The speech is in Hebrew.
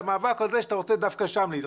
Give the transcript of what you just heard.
המאבק הוא זה שאתה רוצה דווקא שם להתרחץ.